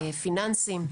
פיננסיים.